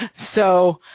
so,